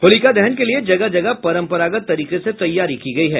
होलिका दहन के लिए जगह जगह परम्परागत तरीके से तैयारी की गयी है